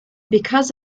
because